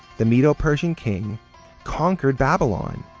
the medo persian king conquered babylon,